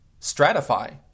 stratify